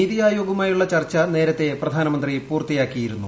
നീതി ആയോഗുമായുള്ള ചർച്ച നേരത്തെ പ്രധാനമന്ത്രി നടത്തിയിരുന്നു